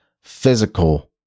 physical